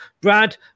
Brad